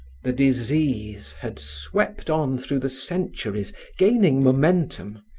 the disease had swept on through the centuries gaining momentum.